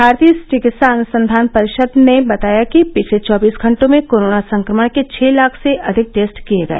भारतीय चिकित्सा अनुसंघान परिषद ने बताया कि पिछले चौबीस घटों में कोरोना संक्रमण के छह लाख से अधिक टेस्ट किए गए